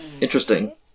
Interesting